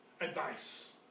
advice